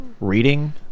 reading